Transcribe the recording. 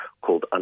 called